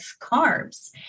carbs